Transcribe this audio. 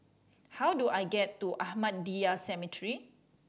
how do I get to Ahmadiyya Cemetery